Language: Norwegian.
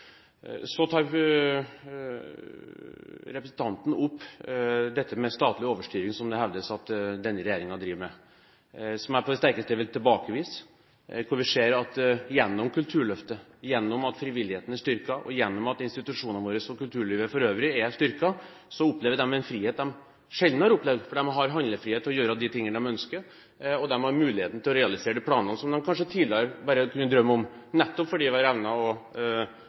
Så tar representanten opp dette med statlig overstyring, som det hevdes at denne regjeringen driver med, og som jeg på det sterkeste vil tilbakevise. Vi ser at kulturfeltet gjennom Kulturløftet, gjennom det at frivilligheten og institusjonene i kulturlivet for øvrig er styrket, opplever en frihet de sjelden har opplevd – fordi de har handlefrihet til å gjøre det de ønsker. De har mulighet til å realisere de planene som de tidligere kanskje bare kunne drømme om, nettopp fordi vi har evnet å